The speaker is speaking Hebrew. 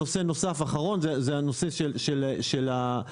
נושא אחרון, הנושא של החרם.